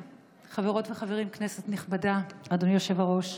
כנסת נכבדה, אדוני היושב-ראש,